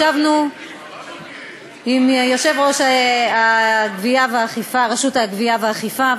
ישבנו עם יושב-ראש רשות הגבייה והאכיפה,